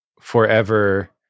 forever